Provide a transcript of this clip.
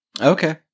okay